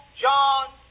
John